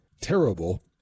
terrible